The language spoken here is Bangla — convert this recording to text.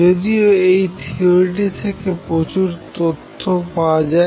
যদিও এই থিওরিটি থেকে প্রচুর তথ্য পাওয়া যায়